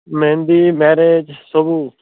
mehndi marriage ସବୁ